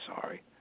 sorry